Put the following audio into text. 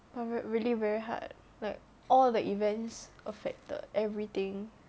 really very hard like all the events affected everything